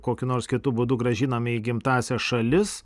kokiu nors kitu būdu grąžinami į gimtąsias šalis